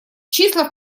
числа